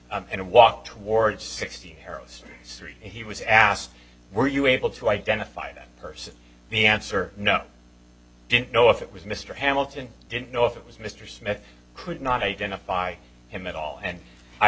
three he was asked were you able to identify that person the answer no didn't know if it was mr hamilton didn't know if it was mr smith could not identify him at all and